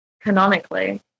canonically